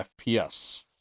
FPS